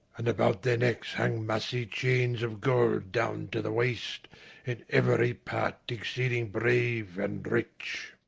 and about their necks hang massy chains of gold down to the waist in every part exceeding brave and rich.